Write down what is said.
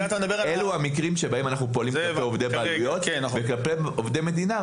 אילו המקרים בהם אנחנו פועלים כלפי עובדי בעלויות וכלפי עובדי מדינה.